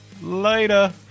Later